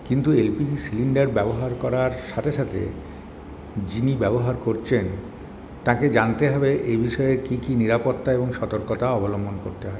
কিন্তু LPG cylinder ব্যবহার করার সাথে সাথে যিনি ব্যবহার করছেন তাকে জানতে হবে এই বিষয়ে কি কি নিরাপত্তা এবং সতর্কতা অবলম্বন করতে হয়